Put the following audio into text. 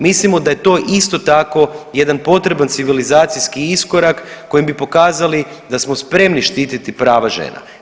Mislimo da je to isto tako jedan potreban civilizacijski iskorak kojem bi pokazali da smo spremni štititi prava žena.